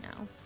now